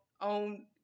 on